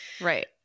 Right